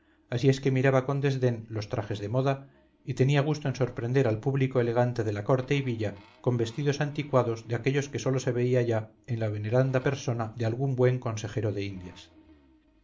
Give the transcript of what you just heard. así es que miraba con desdén los trajes de moda y tenía gusto en sorprender al público elegante de la corte y villa con vestidos anticuados de aquellos que sólo se veía ya en la veneranda persona de algún buen consejero de indias